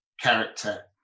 character